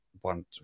one